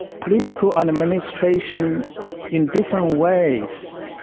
political and administration in different ways,